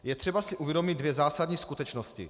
Je třeba si uvědomit dvě zásadní skutečnosti.